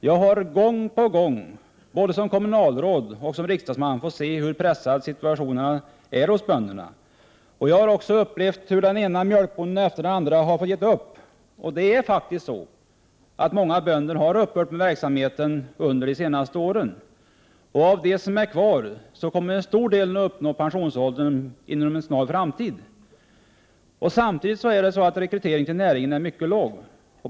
Jag har gång på gång både som kommunalråd och riksdagsman fått se hur pressad situationen är för bönderna. Jag har också upplevt hur den ena mjölkbonden efter den andra har gett upp. Många bönder har faktiskt upphört med verksamheten under de senaste åren. Av dem som är kvar kommer en stor del att uppnå pensionsåldern inom en snar framtid. Samtidigt är rekryteringen till näringen mycket låg.